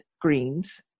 greens